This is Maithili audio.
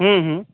हुं हुं